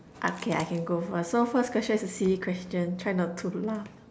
ah okay okay I can go first so first question is a silly question try not to laugh